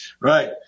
Right